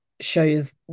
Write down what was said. shows